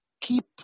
keep